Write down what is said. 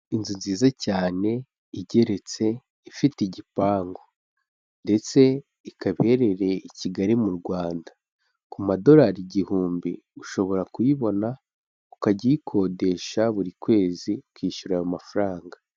Inzu nziza cyane igeretse ifite igipangu. Ndetse ikaba iherereye i Kigali mu Rwanda. Ku madolari igihumbi ushobora kuyibona, ukajya uyikodesha buri kwezi ukishyura ayo mafaranga.